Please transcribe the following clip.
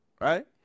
right